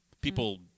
People